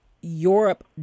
Europe